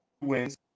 wins